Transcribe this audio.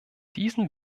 diesen